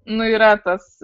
nu yra tas